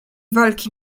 walki